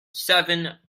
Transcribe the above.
seven